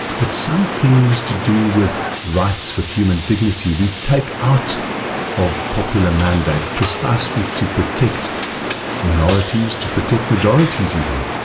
but some things to do with rights with human dignity we take out of popular mandate precisely to protect minorities, to protect majorities even.